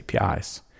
APIs